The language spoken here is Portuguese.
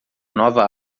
nova